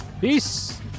Peace